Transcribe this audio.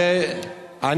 איזו הצעת חוק?